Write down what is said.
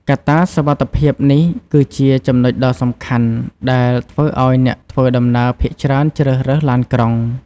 កត្តាសុវត្ថិភាពនេះគឺជាចំណុចដ៏សំខាន់ដែលធ្វើឱ្យអ្នកធ្វើដំណើរភាគច្រើនជ្រើសរើសឡានក្រុង។